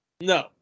No